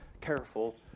careful